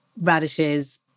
radishes